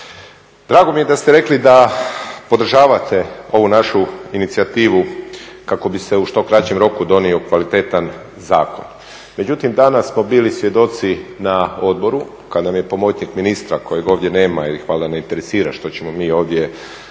Drago mi je da ste rekli da podržavate ovu našu inicijativu kako bi se u što kraćem roku donio kvalitetan zakon. međutim danas smo bili svjedoci na odboru kada nam je pomoćnik ministra kojeg ovdje nema jer ih valjda ne interesira što ćemo mi ovdje reći,